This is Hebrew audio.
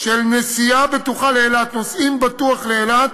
של נסיעה בטוחה לאילת: נוסעים בטוח לאילת,